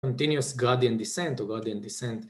קונטיניוס גרדיאן-דיסנט או גרדיאן-דיסנט